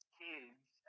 kids